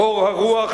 קור הרוח,